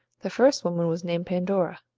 the first woman was named pandora.